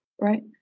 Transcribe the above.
right